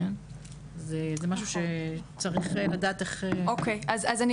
זה משהו שצריך לדעת איך --- אוקי אז אני